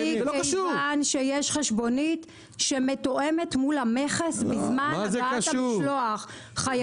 מכיוון שיש חשבונית שמתואמת מול המכס בזמן הגעת המשלוח.